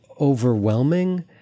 overwhelming